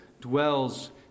dwells